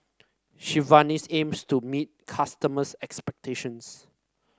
Sigvaris aims to meet customers' expectations